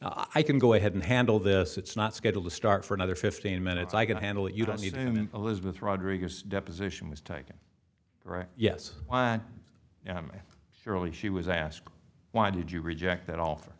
i can go ahead and handle this it's not scheduled to start for another fifteen minutes i can handle it you don't need him and elizabeth rodriguez deposition was taken right yes surely she was asked why did you reject that offer